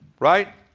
right?